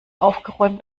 aufgeräumt